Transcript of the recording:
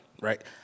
Right